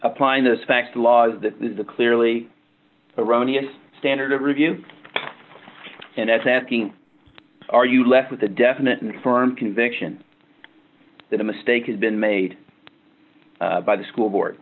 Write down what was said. applying those facts the laws the clearly erroneous standard of review and that's asking are you left with a definite and firm conviction that a mistake has been made by the school board